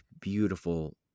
beautiful